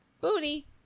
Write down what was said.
Booty